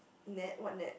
net what net